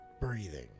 breathing